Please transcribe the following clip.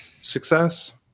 success